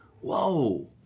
whoa